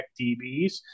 DBs